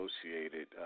associated